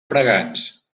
fragants